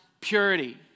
purity